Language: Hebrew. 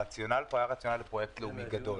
הרציונל פה היה רציונל לפרויקט לאומי גדול.